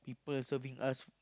people serving us